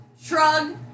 Shrug